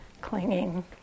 clinging